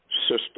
system